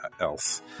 else